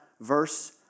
verse